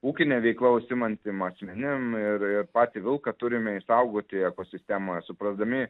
ūkine veikla užsiimantiem asmenim ir ir patį vilką turime išsaugoti ekosistemoje suprasdami